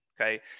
okay